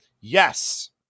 Yes